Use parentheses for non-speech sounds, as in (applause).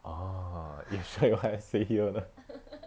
ah you sure (laughs) you want I say here or not (laughs)